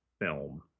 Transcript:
film